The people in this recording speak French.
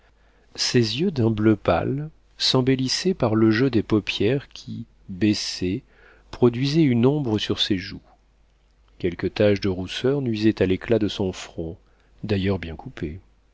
ses yeux d'un bleu pâle s'embellissaient par le jeu des paupières qui baissées produisaient une ombre sur ses joues quelques taches de rousseur nuisaient à l'éclat de son front d'ailleurs bien coupé